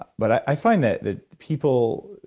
ah but i find that that people.